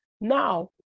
Now